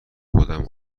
خودم